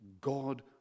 God